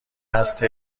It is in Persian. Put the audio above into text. است